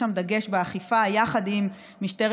שעליה אנחנו שמים דגש באכיפה יחד עם משטרת